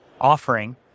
offering